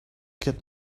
get